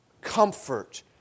comfort